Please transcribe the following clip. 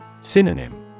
Synonym